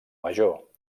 major